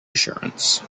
assurance